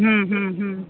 હમ હમ હમ